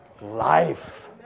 life